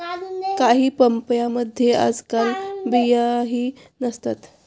काही पपयांमध्ये आजकाल बियाही नसतात